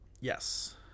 Yes